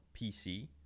PC